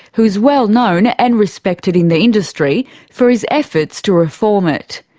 who is well known and respected in the industry for his efforts to reform it.